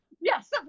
yes